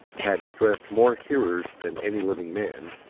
had addressed more hearers than any living man,